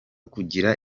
kugira